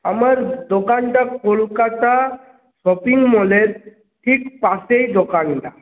আমার দোকানটা কলকাতা শপিং মলের ঠিক পাশেই দোকানটা